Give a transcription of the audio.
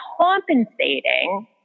compensating